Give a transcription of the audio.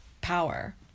power